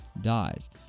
dies